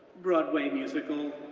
broadway musical,